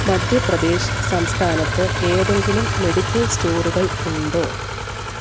മധ്യപ്രദേശ് സംസ്ഥാനത്ത് ഏതെങ്കിലും മെഡിക്കൽ സ്റ്റോറുകൾ ഉണ്ടോ